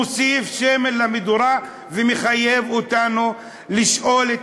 מוסיף שמן למדורה ומחייב אותנו לשאול את